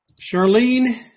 Charlene